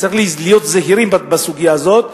שצריך להיות זהירים בסוגיה הזאת,